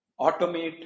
automate